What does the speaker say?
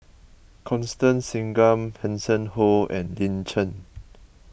Constance Singam Hanson Ho and Lin Chen